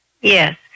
Yes